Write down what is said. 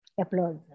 Applause